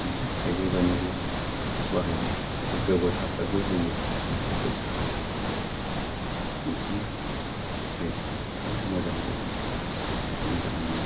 खान्थाल थाइजौ गायनायावबो हासार बाहायो जों गोबोर हासारबो होयो सरखारि हासारखौबो होयो बिदिनो जों फिथाइफ्रा मोजां जायो फसलफोरखौ मोजां मोनो